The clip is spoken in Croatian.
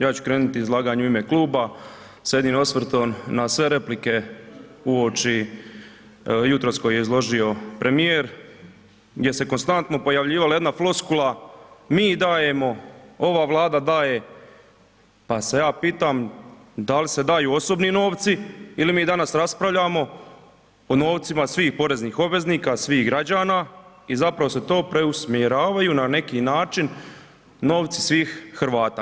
Ja ću krenuti izlaganje u ime kluba s jednim osvrtom na sve replike uoči jutros koje je izložio premijer gdje se konstantno pojavljivala jedna floskula, mi dajemo, ova Vlada dajem, pa se ja pitam, da li se daju osobni novci ili mi danas raspravljamo o novcima svih poreznih obveznika, svih građana i zapravo se to preusmjeravaju na neki način novci svih Hrvata.